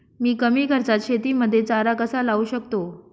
मी कमी खर्चात शेतीमध्ये चारा कसा लावू शकतो?